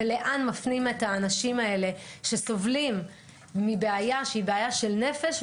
ולאן מפנים את האנשים האלה שסובלים מבעיה שהיא בעיה של נפש,